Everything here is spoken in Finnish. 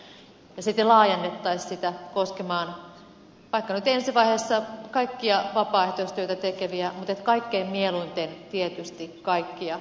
ja sitten laajennettaisiin se koskemaan vaikka nyt ensivaiheessa kaikkia vapaaehtoistyötä tekeviä mutta kaikkein mieluiten tietysti kaikkia työttömiä